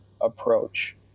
approach